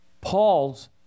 Paul's